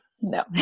no